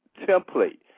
template